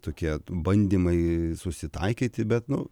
tokie bandymai susitaikyti bet nu